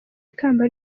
ikamba